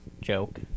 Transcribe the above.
joke